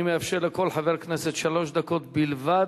אני מאפשר לכל חבר כנסת שלוש דקות בלבד.